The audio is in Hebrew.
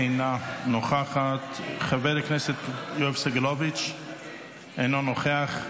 אינה נוכחת, חבר הכנסת יואב סגלוביץ' אינו נוכח.